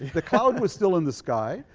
the cloud was still in the sky,